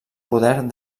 poder